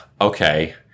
Okay